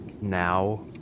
now